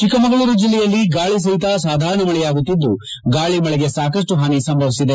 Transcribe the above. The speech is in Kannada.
ಚಿಕ್ಕಮಗಳೂರು ಜಿಲ್ಲೆಯಲ್ಲಿ ಗಾಳಿ ಸಹಿತ ಸಾಧಾರಣ ಮಳೆಯಾಗುತ್ತಿದ್ದು ಗಾಳಿ ಮಳೆಗೆ ಸಾಕಷ್ಟು ಹಾನಿ ಸಂಭವಿಸಿದೆ